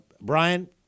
Brian